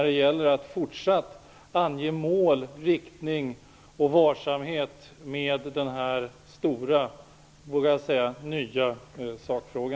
Det gäller att ange mål och riktning med varsamhet i denna stora stora, nya sakfråga.